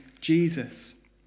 Jesus